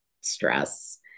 stress